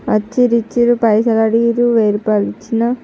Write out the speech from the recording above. అచ్చిర్రు ఇచ్చిర్రు పైసలు అడిగిర్రు వేయి రూపాయలు ఇచ్చిన